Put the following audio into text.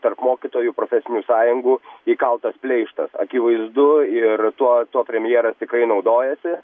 tarp mokytojų profesinių sąjungų įkaltas pleištas akivaizdu ir tuo tuo premjeras tikrai naudojasi